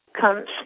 comes